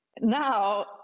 Now